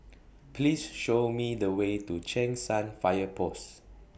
Please Show Me The Way to Cheng San Fire Post